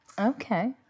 Okay